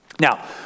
Now